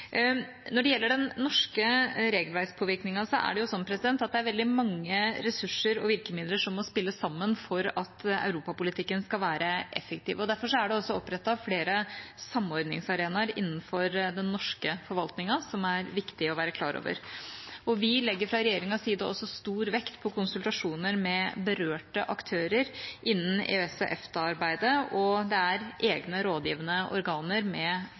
Når det gjelder den norske regelverkpåvirkningen, er det jo veldig mange ressurser og virkemidler som må spille sammen for at europapolitikken skal være effektiv. Derfor er det også opprettet flere samordningsarenaer innenfor den norske forvaltningen som det er viktig å være klar over. Vi legger fra regjeringas side også stor vekt på konsultasjoner med berørte aktører innen EØS- og EFTA-arbeidet, og det er egne rådgivende organer med